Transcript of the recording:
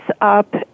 up